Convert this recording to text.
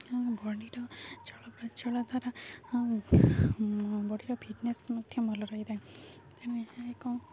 ଆମ ବଡ଼ିର ଚଳପ୍ରଚଳ ଦ୍ୱାରା ଆମ ବଡ଼ିର ଫିଟ୍ନେସ୍ ମଧ୍ୟ ଭଲ ରହିଥାଏ ତେଣୁ ଏହା ଏକ